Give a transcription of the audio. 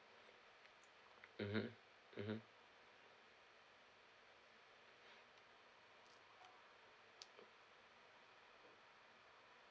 mmhmm mmhmm